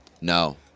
No